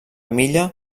milla